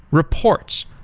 reports,